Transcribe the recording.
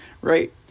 right